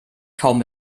kaum